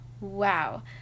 wow